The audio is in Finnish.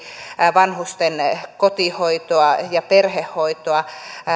vanhusten kotihoitoa ja perhehoitoa